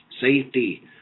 safety